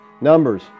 Numbers